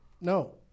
no